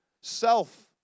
self